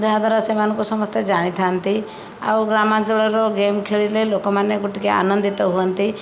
ଯାହା ଦ୍ୱାରା ସେମାନଙ୍କୁ ସମସ୍ତେ ଜାଣିଥାନ୍ତି ଆଉ ଗ୍ରାମଞ୍ଚଳର ଗେମ୍ ଖେଳିଲେ ଲୋକମାନଙ୍କୁ ଟିକେ ଆନନ୍ଦିତ ହୁଅନ୍ତି